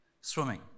swimming